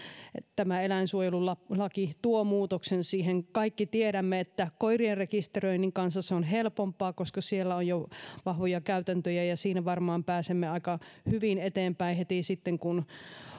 eläinsuojelulaki tuo muutoksen siihen kaikki tiedämme että koirien rekisteröinnin kanssa se on helpompaa koska siellä on jo vahvoja käytäntöjä ja siinä varmaan pääsemme aika hyvin eteenpäin heti sitten kun